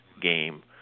game